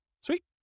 Sweet